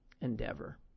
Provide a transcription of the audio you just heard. endeavor